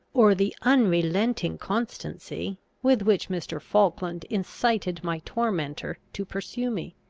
or the unrelenting constancy with which mr. falkland incited my tormentor to pursue me.